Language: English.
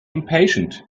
impatient